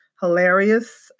hilarious